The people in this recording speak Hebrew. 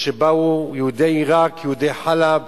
כשבאו יהודי עירק, יהודי חאלב,